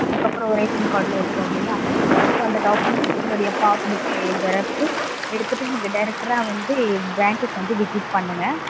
அதுக்கப்புறம் ரேஷன் கார்டில் இருக்கும் இல்லையா ஸோ அந்த டாக்குமெண்ட் உங்களுடைய பாஸ்புக் ஜெராக்ஸ்ஸு எடுத்துட்டு நீங்கள் டைரக்ட்டா வந்து பேங்க்குக்கு வந்து விசிட் பண்ணுங்கள்